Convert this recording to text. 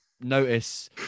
notice